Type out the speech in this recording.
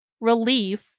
relief